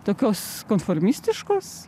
tokios konformistiškos